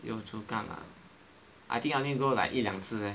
Yio Chu Kang ah I think I only go like 一两次 eh